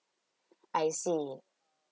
I see